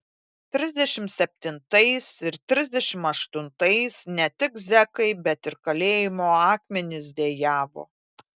trisdešimt septintais ir trisdešimt aštuntais ne tik zekai bet ir kalėjimo akmenys dejavo